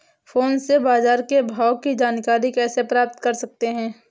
Phone से बाजार के भाव की जानकारी कैसे प्राप्त कर सकते हैं?